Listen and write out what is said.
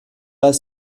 pas